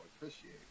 appreciate